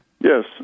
Yes